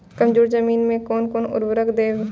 कमजोर जमीन में कोन कोन उर्वरक देब?